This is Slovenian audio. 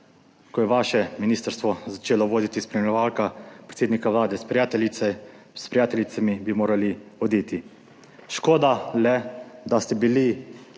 ko je vaše ministrstvo začelo voditi spremljevalka predsednika Vlade s prijateljicami bi morali oditi, škoda le, da ste bili